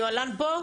היוהל”ם פה?